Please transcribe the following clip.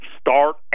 start